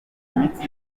imitsi